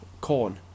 corn